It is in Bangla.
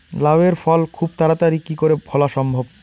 লাউ এর ফল খুব তাড়াতাড়ি কি করে ফলা সম্ভব?